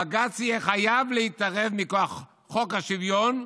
בג"ץ יהיה חייב להתערב מכוח חוק השוויון,